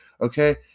okay